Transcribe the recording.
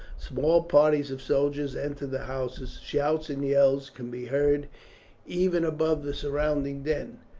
small parties of soldiers entered the houses. shouts and yells could be heard even above the surrounding din.